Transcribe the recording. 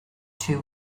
two